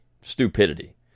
stupidity